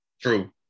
True